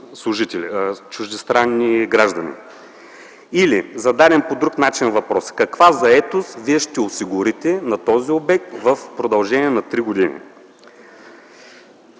чуждестранни граждани. Или зададен по друг начин въпросът: каква заетост вие ще осигурите на този обект в продължение на три години?